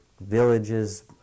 villages